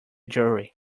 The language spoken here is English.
jury